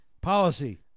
policy